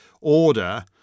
order